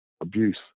abuse